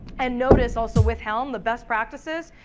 and notice also with helm, the best practices,